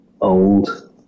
old